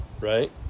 right